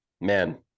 man